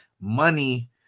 money